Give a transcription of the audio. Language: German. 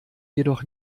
jedoch